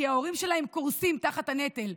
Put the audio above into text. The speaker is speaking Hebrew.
כי ההורים שלהם קורסים תחת הנטל.